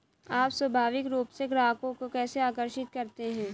आप स्वाभाविक रूप से ग्राहकों को कैसे आकर्षित करते हैं?